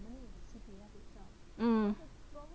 mm